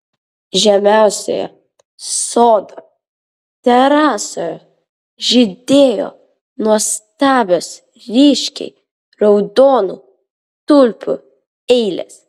žemiausioje sodo terasoje žydėjo nuostabios ryškiai raudonų tulpių eilės